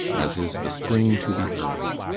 as is the spring to the earth.